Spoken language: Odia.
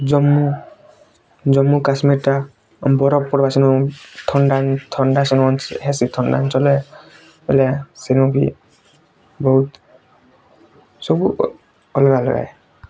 ଜାମୁ ଜମ୍ମୁକାଶ୍ମୀରଟା ବରଫ ପଡ଼େ ସେନୁ ଥଣ୍ଡା ଥଣ୍ଡା ସମାନ ହେସି ଥଣ୍ଡା ଅଞ୍ଚଳରେ ସେନୁ ବି ବହୁତ ସବୁ ଅଲଗା ଅଲଗା